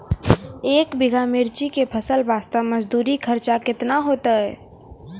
एक बीघा मिर्ची के फसल वास्ते मजदूरी खर्चा केतना होइते?